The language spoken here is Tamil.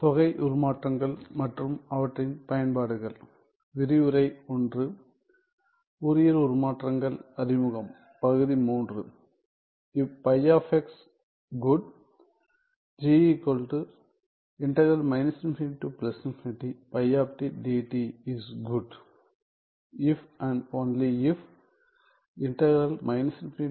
ஃபோரியர் உருமாற்றங்கள் அறிமுகம் பகுதி 3 if φ " good" is good if and only if exists